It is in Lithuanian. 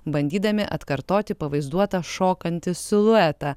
bandydami atkartoti pavaizduotą šokantį siluetą